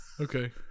Okay